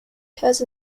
has